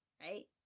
right